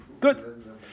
Good